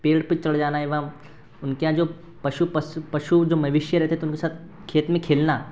पेड़ पे चढ़ जाना एवं उनके यहाँ जो पशु पस पशु जो मवेशी रहती थे उनके साथ खेत में खेलना